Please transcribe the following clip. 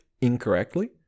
incorrectly